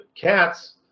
cats